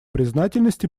признательность